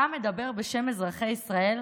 אתה מדבר בשם אזרחי ישראל?